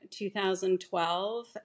2012